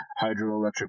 hydroelectric